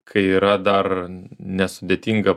kai yra dar nesudėtinga